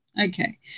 okay